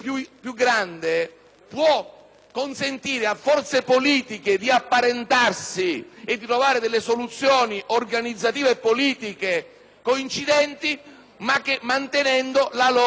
consentire a forze politiche diverse di apparentarsi e di trovare delle soluzioni organizzative e politiche coincidenti, mantenendo la loro riconoscibilità presso